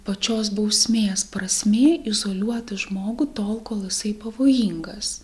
pačios bausmės prasmė izoliuoti žmogų tol kol jisai pavojingas